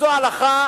וזו הלכה